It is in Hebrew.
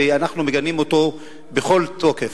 ואנחנו מגנים אותו בכל תוקף.